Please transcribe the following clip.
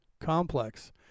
complex